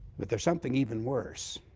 but there's something even worse,